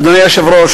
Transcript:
אדוני היושב-ראש,